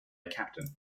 captain